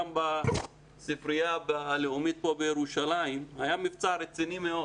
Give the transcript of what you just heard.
גם בספרייה הלאומית פה בירושלים היה מבצע רציני מאוד